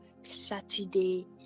Saturday